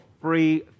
free